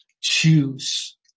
choose